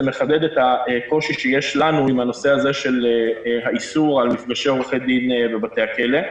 זה מחדד את הקושי שיש לנו עם האיסור על מפגשי עורכי דין בבתי הכלא.